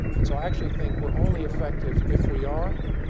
and so i actually think we're only effective if we are.